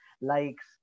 likes